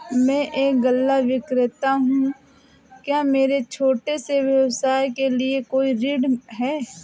मैं एक गल्ला विक्रेता हूँ क्या मेरे छोटे से व्यवसाय के लिए कोई ऋण है?